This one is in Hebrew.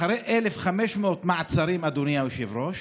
אחרי 1,500 מעצרים, אדוני היושב-ראש,